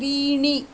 त्रीणि